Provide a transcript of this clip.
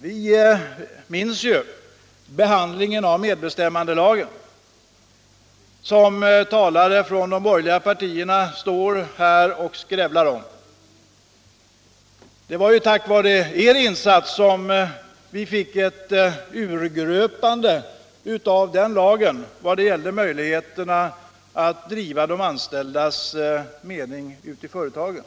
Vi minns behandlingen av medbestämmandelagen, som talare från de borgerliga partierna nu står här och skrävlar om. Det var tack vare er insats som den lagen gröptes ur när det gäller möjligheterna att driva de anställdas mening i företagen.